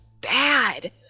bad